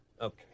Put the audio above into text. okay